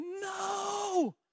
no